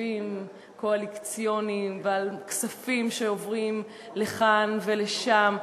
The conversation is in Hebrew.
תקציבים קואליציוניים ועל כספים שעוברים לכאן ולשם,